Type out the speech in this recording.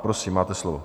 Prosím máte slovo.